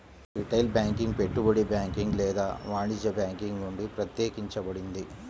retail banking పెట్టుబడి banking లేదా వాణిజ్య బ్యాంకింగ్ నుండి ప్రత్యేకించబడింది